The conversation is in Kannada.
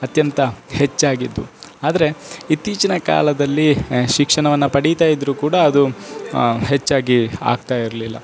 ಅತ್ಯಂತ ಹೆಚ್ಚಾಗಿದ್ದು ಆದರೆ ಇತ್ತೀಚಿನ ಕಾಲದಲ್ಲಿ ಶಿಕ್ಷಣವನ್ನು ಪಡೀತ ಇದ್ದರೂ ಕೂಡ ಅದು ಹೆಚ್ಚಾಗಿ ಆಗ್ತಾ ಇರಲಿಲ್ಲ